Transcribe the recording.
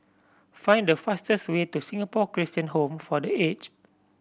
find the fastest way to Singapore Christian Home for The Aged